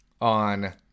on